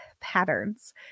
patterns